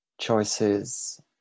choices